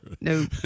no